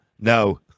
No